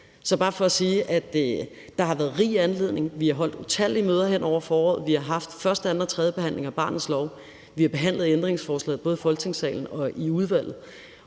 er bare for at sige, at der har været rig anledning til at gøre det. Vi har holdt utallige møder hen over foråret, vi har haft første-, anden- og tredjebehandlingen af barnets lov, vi har behandlet ændringsforslaget i både Folketingssalen og i udvalget,